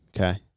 Okay